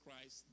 Christ